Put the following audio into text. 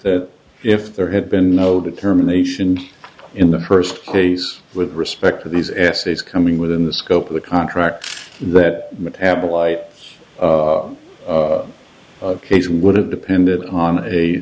that if there had been no determination in the first case with respect to these essays coming within the scope of the contract that metabolite case would have depended on a